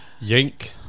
Yank